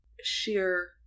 sheer